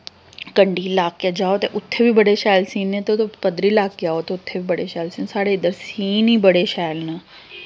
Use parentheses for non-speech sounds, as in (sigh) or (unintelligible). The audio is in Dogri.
कंढी इलाकै जाओ ते उत्थें बी बड़े शैल सीन न ते (unintelligible) पद्धरे इलाके आओ ते उत्थें बी बड़े शैल सीन साढ़े इद्धर सीन ई बड़े शैल न